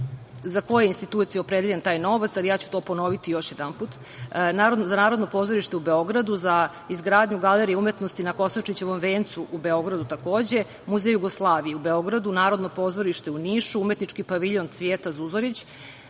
za koje institucije je opredeljen taj novac, ali ja ću to ponoviti još jedanput. Za Narodno pozorište u Beogradu, za izgradnju Galerije umetnosti na Kosančićevom vencu u Beogradu takođe, Muzej Jugoslavije u Beogradu, Narodno pozorište u Nišu, Umetnički paviljon „Cvijeta Zuzorić“,